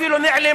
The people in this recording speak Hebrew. היא אפילו נעלמה.